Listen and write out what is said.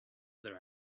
other